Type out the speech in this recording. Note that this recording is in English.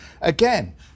Again